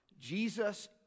Jesus